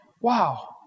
Wow